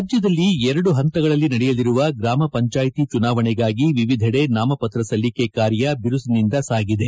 ರಾಜ್ಞದಲ್ಲಿ ಎರಡು ಹಂತಗಳಲ್ಲಿ ನಡೆಯಲಿರುವ ಗ್ರಾಮ ಪಂಚಾಯಿತಿ ಚುನಾವಣೆಗಾಗಿ ವಿವಿಧೆಡೆ ನಾಮಪತ್ರ ಸಲ್ಲಿಕೆ ಕಾರ್ಯ ಬಿರುಸಿನಿಂದ ಸಾಗಿದೆ